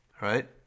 right